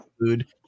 food